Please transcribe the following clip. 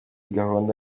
gahunda